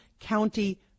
County